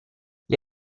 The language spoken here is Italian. gli